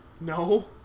No